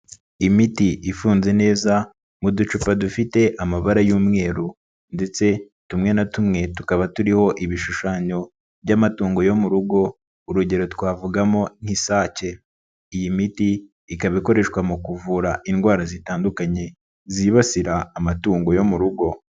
Imiti ifunze neza mu ducupa dufite amabara y'umweru ndetse tumwe na tumwe tukaba turiho ibishushanyo by'amatungo yo mu rugo, urugero twavugamo nk'isake, iyi miti ikaba ikoreshwa mu kuvura indwara zitandukanye zibasira amatungo yo mu rugo.